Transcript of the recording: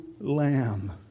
lamb